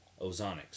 Ozonics